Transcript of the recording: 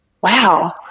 wow